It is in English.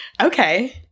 Okay